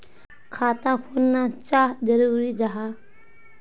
खाता खोलना चाँ जरुरी जाहा?